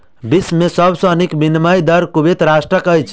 विश्व में सब सॅ नीक विनिमय दर कुवैत राष्ट्रक अछि